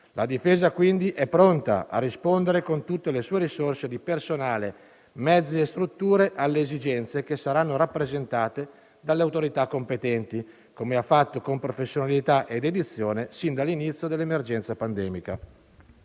La Difesa quindi è pronta a rispondere con tutte le sue risorse di personale, mezzi e strutture alle esigenze che saranno rappresentate dalle autorità competenti, come ha fatto con professionalità e dedizione sin dall'inizio dell'emergenza pandemica.